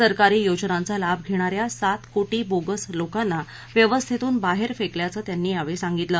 सरकारी योजनांचा लाभ घेणा या सात कोटी बोगस लोकांना व्यवस्थेतून बाहेर फेकल्याचं त्यांनी यावेळी सांगितलं